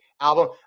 album